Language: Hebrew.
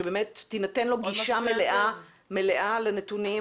שבאמת תינתן לו גישה מלאה לנתונים.